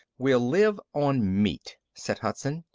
we'll live on meat, said hudson.